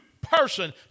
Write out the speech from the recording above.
person